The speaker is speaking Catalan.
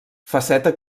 faceta